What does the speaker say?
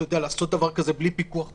אתה יודע, לעשות דבר כזה בלי פיקוח פרלמנטרי.